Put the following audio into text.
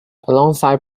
alongside